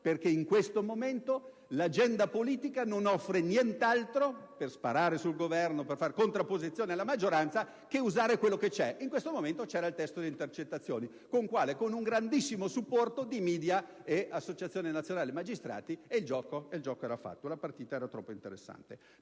perché in questo momento l'agenda politica non offre nient'altro per sparare sul Governo, per far contrapposizione alla maggioranza: si doveva usare quello che c'è, e in questo momento c'era solo il testo della legge sulle intercettazioni. Visto il grandissimo supporto dei *media* e dell'Associazione nazionale magistrati, il gioco era fatto: la partita era troppo interessante.